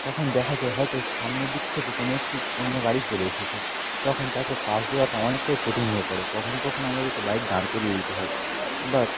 তখন দেখা যায় হয়তো সামনের দিক থেকে কোনও একটি অন্য গাড়ি চলে এসেছে তখন তাকে পাশ দেওয়াটা অনেকটাই কঠিন হয়ে পড়ে কখনও কখনও আমাদেরকে বাইক দাঁড় করিয়ে দিতে হয় বা